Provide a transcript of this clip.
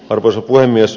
arvoisa puhemies